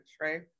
right